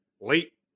late